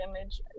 image